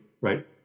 right